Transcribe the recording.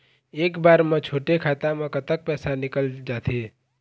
एक बार म छोटे खाता म कतक पैसा निकल जाथे?